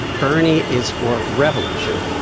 bernie is for revolution.